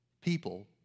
people